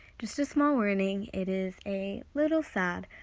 just a small warning, it is a little sad,